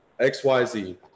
XYZ